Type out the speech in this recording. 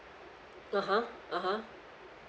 (uh huh) (uh huh)